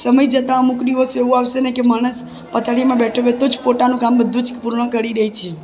સમય જતાં અમુક દિવસે એવું આવશે ને કે માણસ પથારીમાં બેઠા બેઠા જ પોતાનું કામ બધું જ પૂર્ણ કરી દે છે